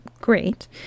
great